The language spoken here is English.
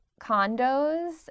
condos